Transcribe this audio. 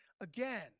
again